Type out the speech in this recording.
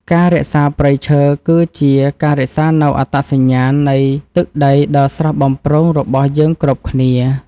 ការរក្សាព្រៃឈើ គឺជាការរក្សានូវអត្តសញ្ញាណនៃទឹកដីដ៏ស្រស់បំព្រងរបស់យើងគ្រប់គ្នា។